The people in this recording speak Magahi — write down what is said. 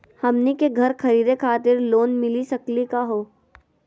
हमनी के घर खरीदै खातिर लोन मिली सकली का हो?